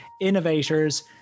innovators